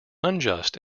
unjust